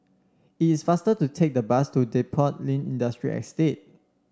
it is faster to take the bus to Depot Lane Industrial Estate